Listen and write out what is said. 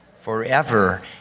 Forever